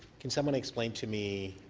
can someone explain to me